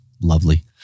Lovely